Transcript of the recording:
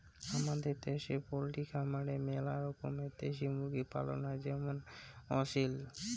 হামাদের দ্যাশে পোলট্রি খামারে মেলা রকমের দেশি মুরগি পালন হই যেমন আসিল